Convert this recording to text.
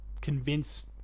convince